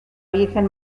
virgen